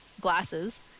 glasses